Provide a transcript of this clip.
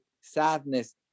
sadness